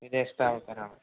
വിദേശത്തെ ആൾക്കാരാണോ